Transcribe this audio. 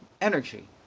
energy